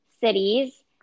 cities